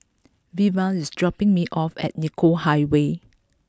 Veva is dropping me off at Nicoll Highway